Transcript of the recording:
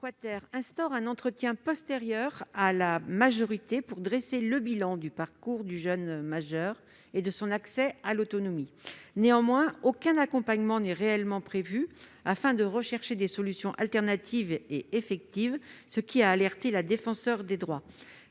3 instaure un entretien postérieur à la majorité pour dresser le bilan du parcours et de l'accès à l'autonomie du jeune majeur. Néanmoins, aucun accompagnement n'est réellement prévu afin de rechercher des solutions alternatives et effectives, ce qui a alerté la Défenseure des droits.